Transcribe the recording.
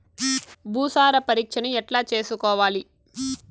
భూసార పరీక్షను ఎట్లా చేసుకోవాలి?